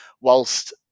whilst